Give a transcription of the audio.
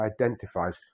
identifies